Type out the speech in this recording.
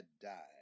died